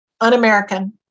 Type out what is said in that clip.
un-American